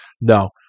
No